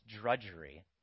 drudgery